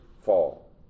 fall